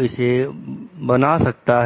इसे बना सकता है